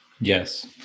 Yes